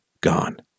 Gone